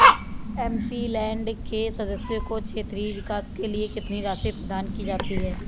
MP land के सदस्यों को क्षेत्रीय विकास के लिए कितनी राशि प्रदान की जाती है?